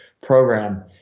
program